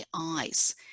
eyes